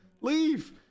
Leave